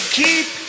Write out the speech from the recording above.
keep